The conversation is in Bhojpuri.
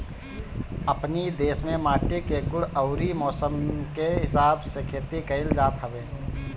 अपनी देस में माटी के गुण अउरी मौसम के हिसाब से खेती कइल जात हवे